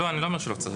אני לא אומר שלא צריך.